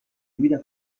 guida